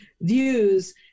views